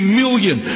million